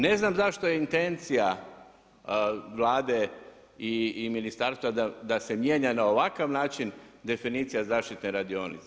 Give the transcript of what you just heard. Ne znam zašto je intencija Vlade i ministarstva da se mijenja na ovakav način definicija zaštitne radionice.